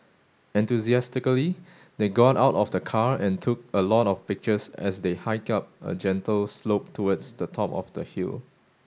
enthusiastically they got out of the car and took a lot of pictures as they hiked up a gentle slope towards the top of the hill